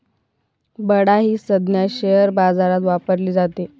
बडा ही संज्ञा शेअर बाजारात वापरली जाते